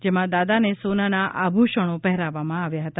જેમાં દાદાને સોનાના આભૂષણો પહેરાવામાં આવ્યા છે